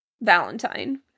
Valentine